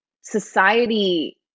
society